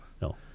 No